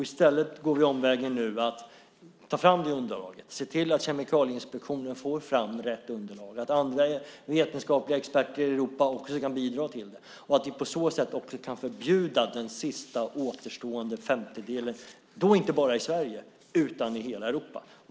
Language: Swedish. I stället går vi omvägen och tar fram det underlaget och ser till att Kemikalieinspektionen får fram rätt underlag, att andra vetenskapliga experter i Europa också kan bidra till det och att vi på så sätt kan förbjuda den sista återstående femtedelen, och då inte bara i Sverige utan i hela Europa.